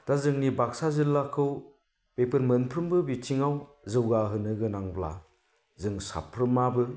दा जोंनि बागसा जिल्लाखौ बेफोर मोनफ्रोमबो बिथिंआव जौगाहोनो गोनांब्ला जों साफ्रोमाबो